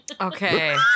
Okay